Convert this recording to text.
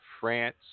France